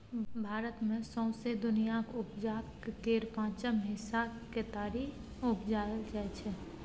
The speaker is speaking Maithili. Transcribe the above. भारत मे सौंसे दुनियाँक उपजाक केर पाँचम हिस्साक केतारी उपजाएल जाइ छै